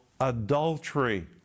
adultery